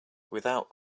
without